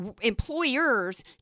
employers